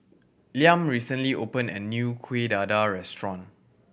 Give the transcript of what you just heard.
Liam recently opened a new Kuih Dadar restaurant